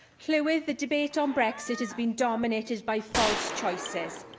llywydd, the debate on brexit has been dominated by false choices,